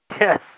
Yes